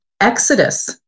exodus